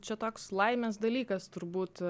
čia toks laimės dalykas turbūt